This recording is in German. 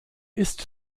ist